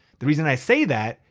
the reason i say that,